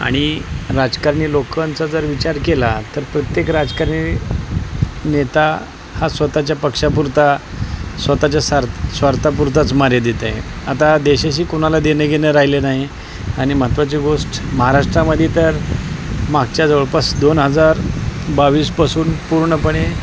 आणि राजकारणी लोकांचा जर विचार केला तर प्रत्येक राजकारणी नेता हा स्वतःच्या पक्षापुरता स्वतःच्या सार् स्वार्थापुरताच मर्यादित आहे आता देशाशी कोणाला देणंघेणं राहिले नाही आणि महत्त्वाची गोष्ट महाराष्ट्रामध्ये तर मागच्या जवळपास दोन हजार बावीसपासून पूर्णपणे